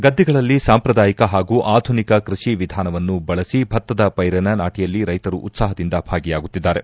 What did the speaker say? ಗದ್ದೆಗಳಲ್ಲಿ ಸಂಪ್ರದಾಯಿಕ ಹಾಗೂ ಆಧುನಿಕ ಕೃಷಿ ವಿಧಾನವನ್ನು ಬಳಸಿ ಭತ್ತದ ಪೈರಿನ ನಾಟನಲ್ಲಿ ರೈತರು ಉತ್ಲಾಹದಿಂದ ಭಾಗಿಯಾಗುತ್ತಿದ್ದಾರೆ